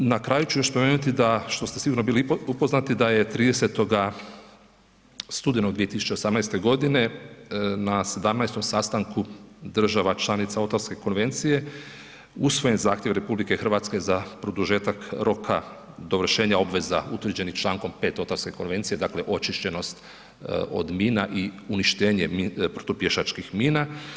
Na kraju ću još spomenuti da što ste sigurno bili upoznati, da je 30. studenoga 2018. g. na 17 sastanku država članica Ottawska konvencije, usvojen zahtjev RH, za produžetak roka, dovršenja obveza, utvrđenom člankom 5. Ottawska konvencije, dakle, očišćenost od mina, i uništenje protupješačkih mina.